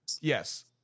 yes